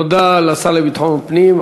תודה לשר לביטחון פנים.